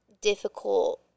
difficult